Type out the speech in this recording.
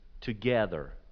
together